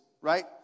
right